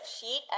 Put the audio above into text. sheet